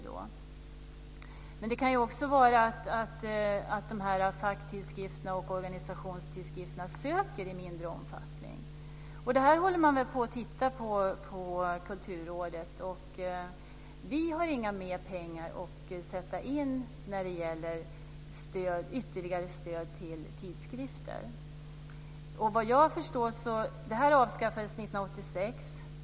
Det kan också vara så att facktidskrifterna och organisationstidskrifterna söker i mindre omfattning. Det här håller man väl på och tittar på inom Kulturrådet. Vi har inte mer pengar att sätta in för ytterligare stöd till tidskrifter. Vad jag förstår avskaffades det här 1986.